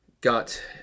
got